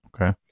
Okay